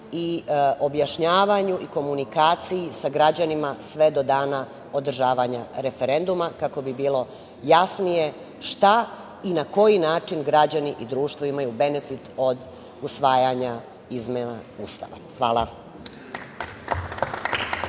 i objašnjavanju i komunikaciji sa građanima sve do dana održavanja referenduma, kako bi bilo jasnije šta i na koji način građani i društvo imaju benefit od usvajanja izmena Ustava. Hvala.